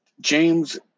James